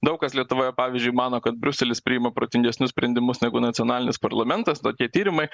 daug kas lietuvoje pavyzdžiui mano kad briuselis priima protingesnius sprendimus negu nacionalinis parlamentas tokie tyrimai